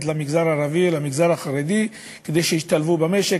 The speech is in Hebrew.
למגזר הערבי ולמגזר החרדי כדי שישתלבו במשק,